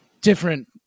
different